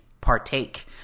partake